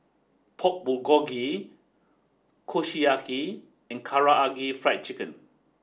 Pork Bulgogi Kushiyaki and Karaage Fried Chicken